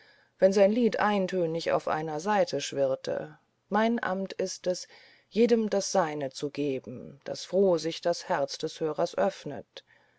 wenn sein lied eintönig auf einer saite schwirrte mein amt ist jedem das seine zu geben daß froh sich das herz des hörers öffne